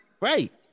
Right